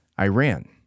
Iran